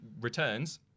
returns